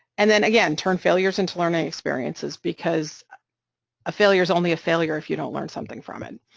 and then, again, turn failures into learning experiences, because a failure is only a failure if you don't learn something from it.